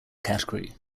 category